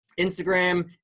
Instagram